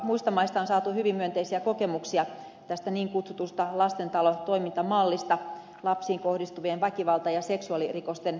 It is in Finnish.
muista maista on saatu hyvin myönteisiä kokemuksia tästä niin kutsutusta lastentalotoimintamallista lapsiin kohdistuvien väkivalta ja seksuaalirikosten tutkimisessa